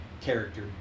character